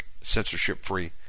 censorship-free